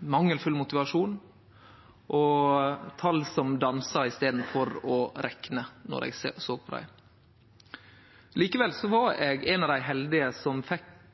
mangelfull motivasjon – og tal som dansa i staden for å rekne når eg såg på dei. Likevel var eg ein av dei heldige som fekk